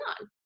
on